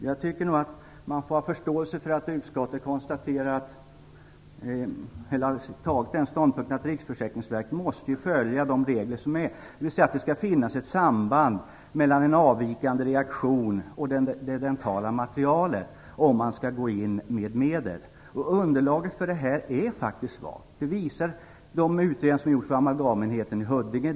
Jag tycker att man får ha förståelse för att utskottet har tagit ståndpunkten att Riksförsäkringsverket måste följa de regler som finns, dvs. att det skall finnas ett samband mellan en avvikande reaktion och det dentala materialet om verket skall gå in med medel. Underlaget är faktiskt svagt. Det visar de utredningar som har gjorts vid amalgamenheten i Huddinge.